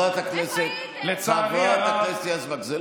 חברת הכנסת יזבק, איפה הייתם?